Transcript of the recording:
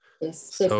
Yes